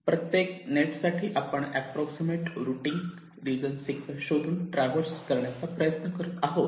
प्रत्येक नेट साठी आपण अँप्रॉक्सिमते रुटींग रिजन सिक्वेन्स शोधून ट्रॅव्हर्स करण्याचा प्रयत्न करत आहोत